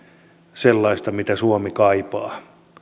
sellaista mitä suomi kaipaa